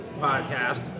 podcast